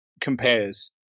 compares